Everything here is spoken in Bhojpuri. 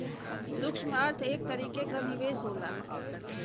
सूक्ष्म अर्थ एक तरीके क निवेस होला